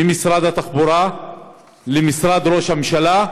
בדרכים ממשרד התחבורה למשרד ראש הממשלה,